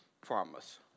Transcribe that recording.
promise